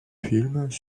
films